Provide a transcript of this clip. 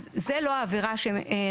אז זה לא העבירה שרלוונטית,